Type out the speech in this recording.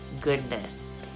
goodness